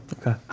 Okay